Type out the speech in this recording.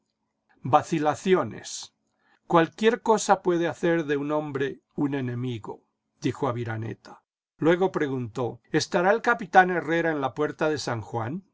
vacilaciones cualquier cosa puede hacer de un hombre un enemigo dijo aviraneta luego preguntó estará el capitán herrera en la puerta de san juan